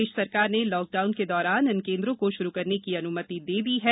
प्रदेश सरकार ने लॉकडाउन के दौरान इन केंद्रों को श्रु करने की अन्मति दे दी है